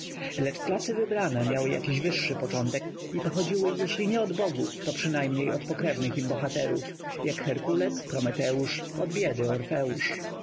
lecz klasy wybrane miały jakiś wyższy początek i pochodziły jeżeli nie od bogów to przynajmniej od pokrewnych im bohaterów jak herkules prometeusz od biedy orfeusz